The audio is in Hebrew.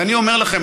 ואני אומר לכם,